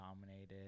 dominated